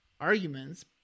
arguments